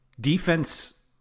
defense